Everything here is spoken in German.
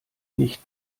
nicht